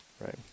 right